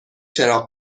چراغ